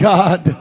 God